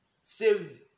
saved